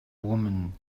woman